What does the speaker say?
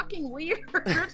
weird